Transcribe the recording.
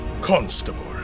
Constable